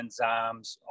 enzymes